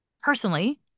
personally